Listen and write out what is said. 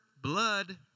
Blood